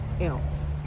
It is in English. else